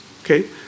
Okay